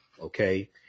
okay